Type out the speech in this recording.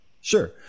Sure